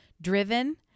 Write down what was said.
driven